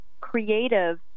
creative